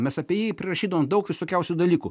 mes apie jį prirašydavom daug visokiausių dalykų